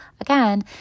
again